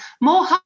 more